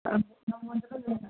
ꯑꯥ ꯅꯝꯕꯣꯜ ꯆꯠꯂꯣꯏꯗ꯭ꯔꯣ ꯅꯪ